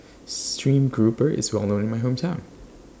Stream Grouper IS Well known in My Hometown